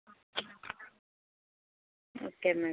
okay madam